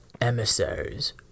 emissaries